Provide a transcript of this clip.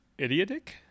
Idiotic